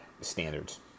standards